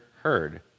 heard